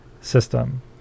system